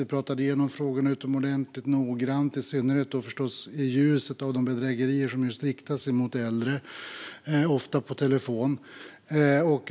Vi pratade igenom frågorna utomordentligt noggrant, i synnerhet förstås i ljuset av de bedrägerier som riktas just mot äldre och ofta på telefon.